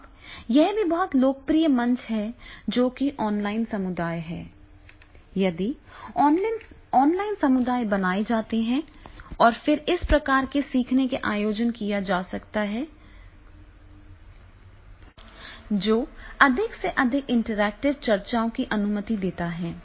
अब यह भी बहुत लोकप्रिय मंच है जो कि ऑनलाइन समुदाय है यदि ऑनलाइन समुदाय बनाए जाते हैं और फिर इस प्रकार के सीखने का आयोजन किया जा सकता है जो अधिक से अधिक इंटरैक्टिव चर्चाओं की अनुमति देता है